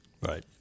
Right